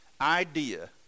idea